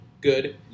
good